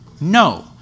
No